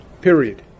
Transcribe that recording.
period